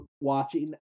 watching